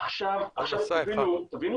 עכשיו, תבינו